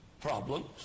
problems